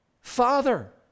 Father